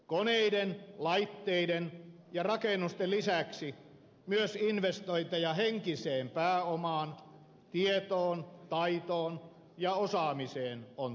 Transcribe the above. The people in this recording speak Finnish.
koneiden laitteiden ja rakennusten lisäksi myös investointeja henkiseen pääomaan tietoon taitoon ja osaamiseen on tuettava